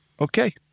okay